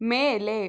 ಮೇಲೆ